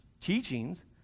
teachings